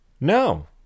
No